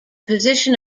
position